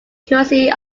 currency